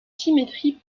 symétrie